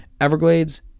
everglades